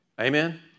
Amen